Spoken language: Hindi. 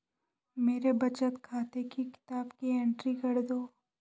मेरे बचत खाते की किताब की एंट्री कर दो?